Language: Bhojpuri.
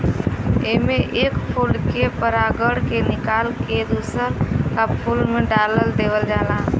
एमे एक फूल के परागण के निकाल के दूसर का फूल में डाल देवल जाला